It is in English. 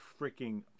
freaking